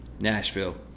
nashville